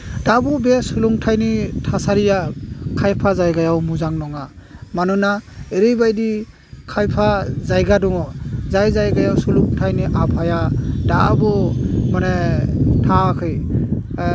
दाब' बे सोलोंथाइनि थासारिया खायफा जायगायाव मोजां नङा मानोना एरैबायदि खायफा जायगा दङ जाय जायगायाव सोलोंथाइनि आबहावाया दाबो माने थाङाखै